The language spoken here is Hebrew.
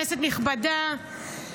כנסת נכבדה,